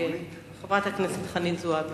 חברת הכנסת חנין זועבי.